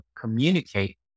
communicate